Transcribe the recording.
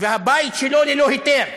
והבית שלו ללא היתר,